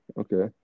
Okay